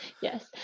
Yes